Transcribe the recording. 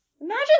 imagine